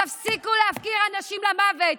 תפסיקו להפקיר אנשים למוות.